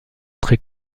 très